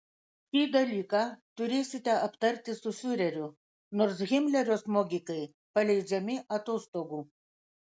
šį dalyką turėsite aptarti su fiureriu nors himlerio smogikai paleidžiami atostogų